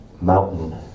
mountain